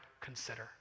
consider